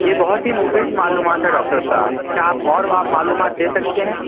یہ بہت ہی مفید معلومات ہے ڈاکٹر صاحب کیا آپ اور آپ معلومات دے سکتے ہیں